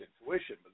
intuition